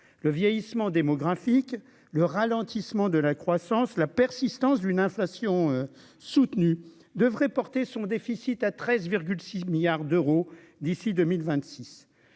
le vieillissement démographique, le ralentissement de la croissance, la persistance d'une inflation soutenue devrait porter son déficit à 13 6 milliards d'euros d'ici 2026,